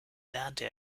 lernte